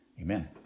Amen